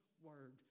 word